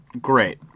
Great